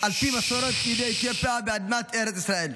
על פי מסורת יהודי אתיופיה באדמת ארץ ישראל.